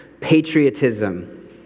patriotism